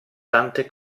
tante